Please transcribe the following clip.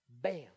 Bam